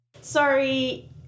Sorry